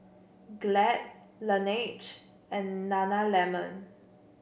Glad Laneige and Nana lemon